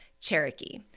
Cherokee